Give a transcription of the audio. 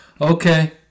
Okay